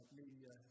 media